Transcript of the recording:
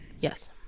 Yes